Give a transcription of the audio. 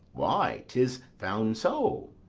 why, tis found so.